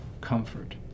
comfort